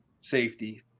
safety